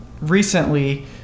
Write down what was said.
recently